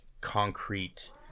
concrete